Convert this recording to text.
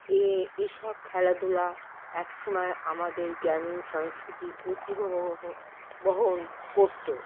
এ এইসব খেলাধুলা এক সময় আমাদের গ্রামীণ সংস্কৃতির ঐতিহ্য বহো বহন করত